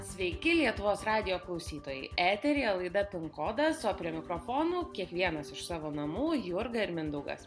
sveiki lietuvos radijo klausytojai eteryje laida pin kodas o prie mikrofonų kiekvienas iš savo namų jurga ir mindaugas